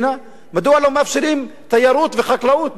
מדוע לא מאפשרים תיירות וחקלאות במגזר הערבי?